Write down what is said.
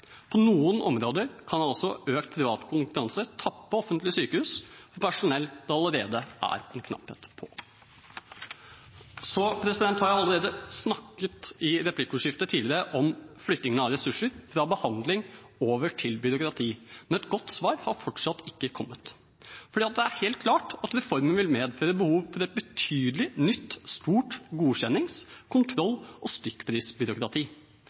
På noen områder kan altså økt privat kompetanse tappe offentlige sykehus for personell det allerede er en knapphet på. Så har jeg allerede snakket – i replikkordskiftet tidligere – om flyttingen av ressurser fra behandling over til byråkrati. Men et godt svar har fortsatt ikke kommet. For det er helt klart at reformen vil medføre behov for et betydelig, nytt, stort godkjennings-, kontroll- og stykkprisbyråkrati.